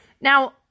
Now